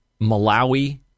Malawi